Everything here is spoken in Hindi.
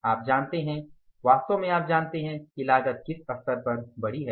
आप जानते हैं वास्तव में आप जानते हैं कि लागत किस स्तर पर बढ़ी है